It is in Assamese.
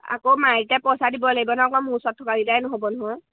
আকৌ মাৰ এতিয়া পইচা দিব লাগিব নহ আকৌ ম ওৰত থকা দটাই নহ'ব নহয়